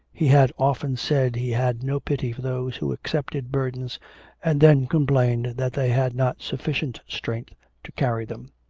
he had often said he had no pity for those who accepted burdens and then complained that they had not sufficient strength to carry them.